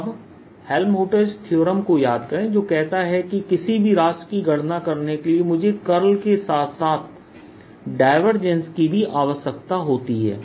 अब Helmholtz theorem को याद करें जो कहता है कि किसी भी राशि की गणना करने के लिए मुझे कर्ल के साथ साथ डायवर्जेंस की भी आवश्यकता होती है